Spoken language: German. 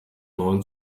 euren